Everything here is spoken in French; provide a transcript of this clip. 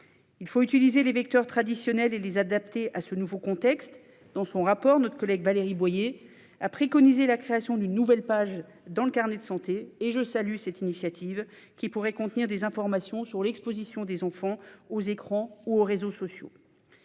Il faut utiliser les vecteurs traditionnels et les adapter à ce nouveau contexte. Dans son rapport, notre collègue Valérie Boyer préconise la création d'une nouvelle page dans le carnet de santé, qui pourrait contenir des informations sur l'exposition des enfants aux écrans ou aux réseaux sociaux.